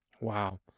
Wow